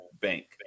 bank